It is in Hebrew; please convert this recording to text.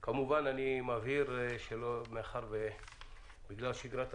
כמובן, אני מבהיר מאחר שבגלל שגרת הקורונה,